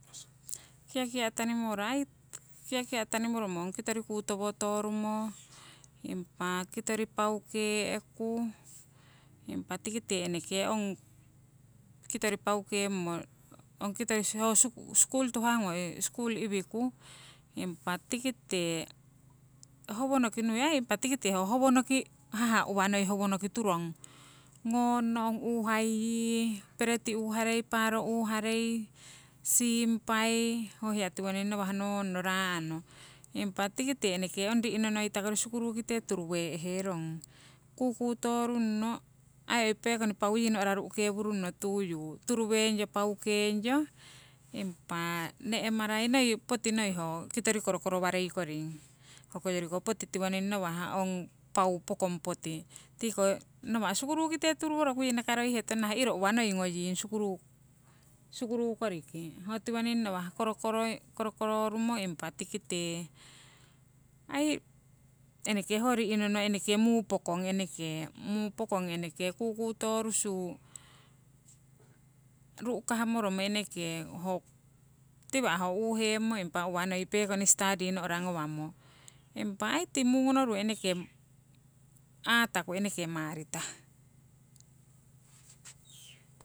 Kiakia' tanimoro ai, kiakia' tanimoromo ong kitori kutowoto rumo, impa kitori paukee'ku, impa tikite eneke ong kitori paukemmo ong kitori ho skul tuhahngung hoi skul uwiku, impa tikite howonoki nui ai impa tikite ho howonoki haha' uwa noi howonoki turong ngonno, ong uuhai yii, pereti uuharei, paro uuharei, siimpai. Ho hiya tiwoning nawah ngonno raa'no, impa tikite eneke ong ri'nono noitakori sukuru kite turuwee'herong, kukutorunno ai oi pekoni pau yii no'ra ru'kewurunno tuyu turuweiyo paukeiyo, impa ne'marai noi poti noi ho kitori korokoro warei koring. Hoyoriko poti tiwoning nawah ong pau pokong poti, tiko nawa' sukuru kite turuworoku yii nakaroihetong nah iro uwa noi ngoying sukuru sukuru koriki ho tiwoning nawah korokoroi korokoro rumo impa tikite ai eneke ho ri'nono eneke muu pokong eneke muu pokong eneke kukutorusu, ru'kah moromo eneke ho tiwa' ho uuhemmo impa uwa noi pekoni stadi no'ra ngawamo. Impa ai tii mungonoru eneke aataku eneke maritah.